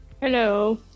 Hello